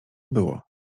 było